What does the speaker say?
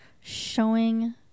showing